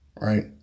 right